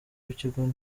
w’ikigo